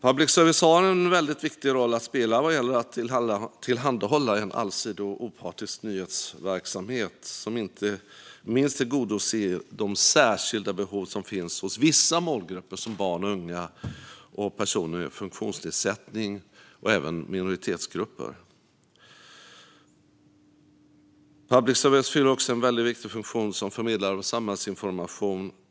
Public service har en väldigt viktig roll att spela vad gäller att tillhandahålla en allsidig och opartisk nyhetsverksamhet som inte minst tillgodoser de särskilda behov som finns hos vissa målgrupper som barn och unga, personer med funktionsnedsättning och även minoritetsgrupper. Public service fyller också en väldigt viktig funktion som förmedlare av samhällsinformation.